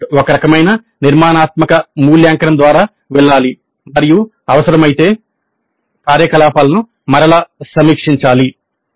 output ఒక రకమైన నిర్మాణాత్మక మూల్యాంకనం ద్వారా వెళ్ళాలి మరియు అవసరమైతే కార్యకలాపాలను మరల సమీక్షించాలి